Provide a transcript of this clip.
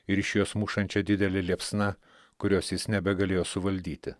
ir iš jos mušančia didele liepsna kurios jis nebegalėjo suvaldyti